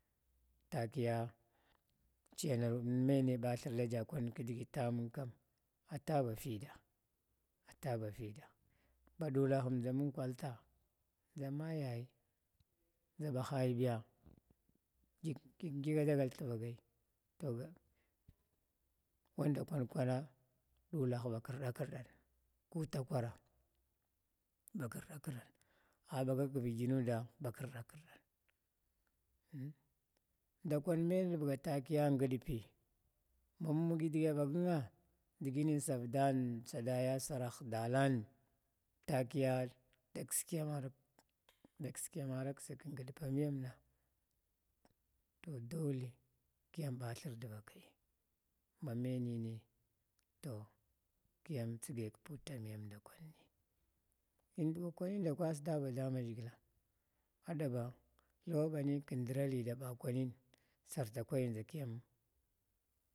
Takiya chiyanar inme ne ba thur daja kwan tedigita mu kam ataba fida ataba fida, badulahn kwan dʒanmung kwalta dʒan mayay dʒaba hai biya gidgidgid a dagal tvakai, to ba wanda kwan kwana dulahh ba krdakrdan abagak vignuda ba krda krda in ndakwan me nlbga takiya ngdp, ma mung dg iya bagan diginin savdn sada yasarah dalan takiya dakskiyamaraksg kglapam miyomma to dole kiyam ba thur dvakai mamenini to kiyam tsga, kputamiyan, ndakwani duduwa kwaninda kwastabamaʒhigla lawan banin kdra indabakwann sarkwai ndʒakiya.